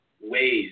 ways